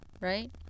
right